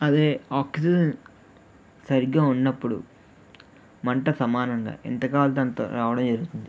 అదే ఆక్సిజన్ సరిగ్గా ఉన్నప్పుడు మంట సమానంగా ఎంత కావాలంటే అంత రావడం జరుగుతుంది